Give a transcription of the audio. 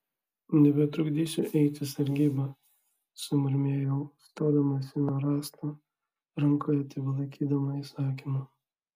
nebetrukdysiu eiti sargybą sumurmėjau stodamasi nuo rąsto rankoje tebelaikydama įsakymą